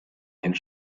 einen